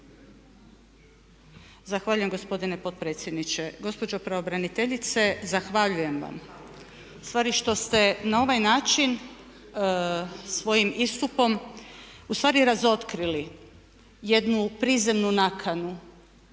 Zahvaljujem gospodine potpredsjedniče. Gospođo pravobraniteljice zahvaljujem vam ustvari što ste na ovaj način svojim istupom ustavi razotkrili jednu prizemnu nakanu